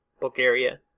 Bulgaria